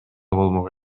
болмок